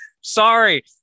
Sorry